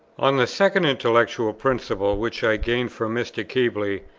on the second intellectual principle which i gained from mr. keble,